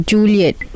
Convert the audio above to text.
Juliet